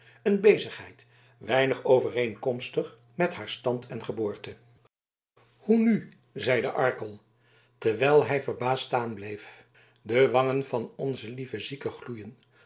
een bezigheid weinig overeenkomstig met haar stand en geboorte hoe nu zeide arkel terwijl hij verbaasd staan bleef de wangen van onze lieve zieke gloeien